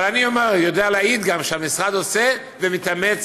אבל אני יודע גם להעיד שהמשרד עושה ומתאמץ